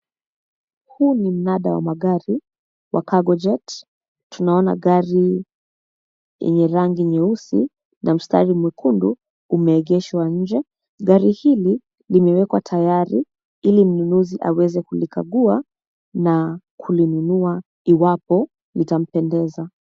Huu ni mnada wa magari wa Cargo Jet, tunaona gari yenye rangi nyeusi na mstari mwekundu umeegeshwa nje. Gari hili limewekwa tayari ili mnunuzi aweze kulikagua na kulinunua iwapo litampendeza.